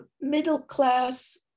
middle-class